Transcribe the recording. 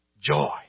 joy